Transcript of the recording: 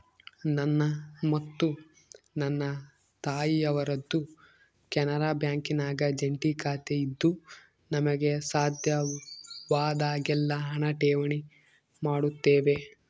ನನ್ನ ಮತ್ತು ನನ್ನ ತಾಯಿಯವರದ್ದು ಕೆನರಾ ಬ್ಯಾಂಕಿನಾಗ ಜಂಟಿ ಖಾತೆಯಿದ್ದು ನಮಗೆ ಸಾಧ್ಯವಾದಾಗೆಲ್ಲ ಹಣ ಠೇವಣಿ ಮಾಡುತ್ತೇವೆ